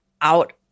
out